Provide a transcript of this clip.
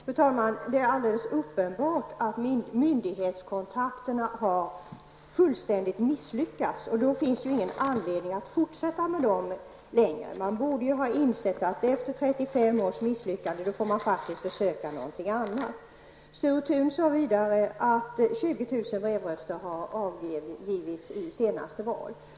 Herr talman! Det är alldeles uppenbart att myndighetskontakterna har fullständigt misslyckats. Då finns det ingen anledning att fortsätta med dem längre. Man borde ha insett att man efter 35 års misslyckande faktiskt måste försöka någonting annat. Sture Thun sade att 20 000 röster avgavs på detta sätt i föregående val.